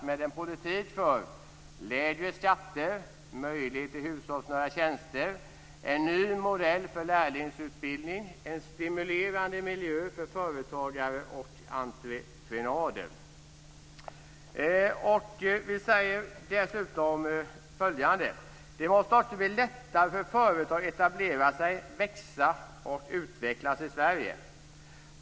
Det är en politik för lägre skatter, möjlighet till hushållsnära tjänster, en ny modell för lärlingsutbildning, en stimulerande miljö för företagare och entreprenader. Vi säger dessutom följande: "Men det måste också bli lättare för företag att etablera sig, växa och utvecklas i Sverige.